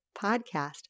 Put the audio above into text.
podcast